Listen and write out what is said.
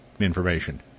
information